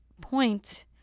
point